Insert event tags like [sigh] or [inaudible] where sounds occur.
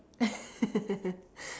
[laughs]